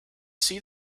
see